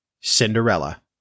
Cinderella